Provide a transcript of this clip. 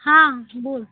हा बोल